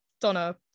Donna